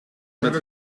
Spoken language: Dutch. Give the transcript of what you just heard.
met